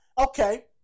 Okay